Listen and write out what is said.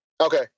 Okay